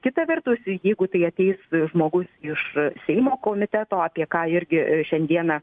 kita vertus jeigu tai ateis žmogus iš seimo komiteto apie ką irgi šiandieną